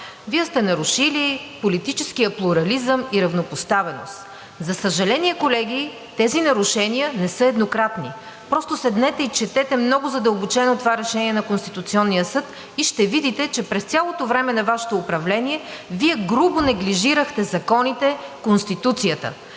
Вие сте нарушили политическия плурализъм и равнопоставеност. За съжаление, колеги, тези нарушения не са еднократни. Просто седнете и четете много задълбочено това решение на Конституционния съд и ще видите, че през цялото време на Вашето управление Вие грубо неглижирахте законите, Конституцията.